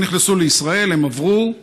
הם נכנסו לישראל, הם עברו,